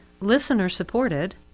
listener-supported